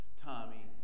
Tommy